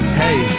hey